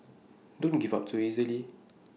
don't give up too easily